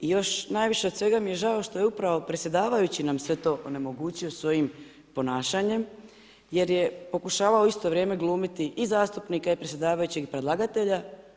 I još najviše od svega mi je žao što je upravo predsjedavajući nam sve to onemogućio svojim ponašanjem, jer je pokušavao u isto vrijeme glumiti i zastupnika i predsjedavajućeg i predlagatelja.